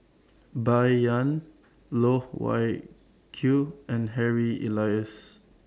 Bai Yan Loh Wai Kiew and Harry Elias